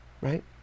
Right